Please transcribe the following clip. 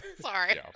Sorry